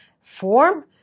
form